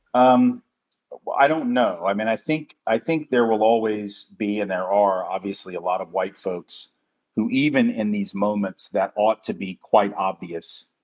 um i don't know. i mean, i i think there will always be, and there are, obviously, a lot of white folks who even in these moments that ought to be quite obvious,